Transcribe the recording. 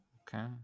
okay